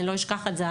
אני לא אשכח את זה,